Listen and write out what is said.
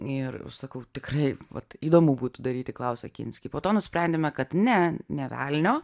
ir aš sakau tikrai vat įdomu būtų daryti klausą kinskį po to nusprendėme kad ne nė velnio